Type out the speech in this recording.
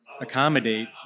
accommodate